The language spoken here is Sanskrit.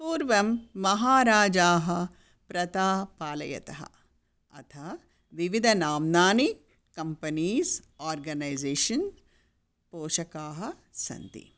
पूर्वं महाराजाः व्राता पालयन्तः अथ विविध नामानि कम्पनीस् आर्गनैसेशन् पोषकाः सन्ति